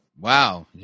Wow